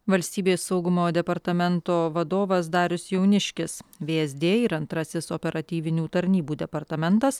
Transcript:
valstybės saugumo departamento vadovas darius jauniškis vsd ir antrasis operatyvinių tarnybų departamentas